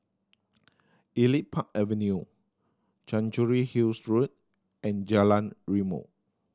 Elite Park Avenue Chancery Hills Road and Jalan Rimau